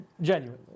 genuinely